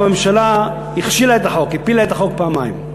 הממשלה הכשילה את החוק, הפילה את החוק פעמיים.